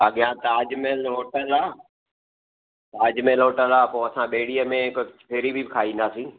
अॻियां ताज महिल होटल आहे ताज महिल होटल आहे पोइ असां ॿेड़ीअ में हिकु फेरी बि खाईंदासीं